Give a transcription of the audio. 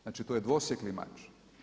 Znači to je dvosjekli mač.